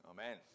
Amen